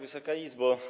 Wysoka Izbo!